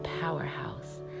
powerhouse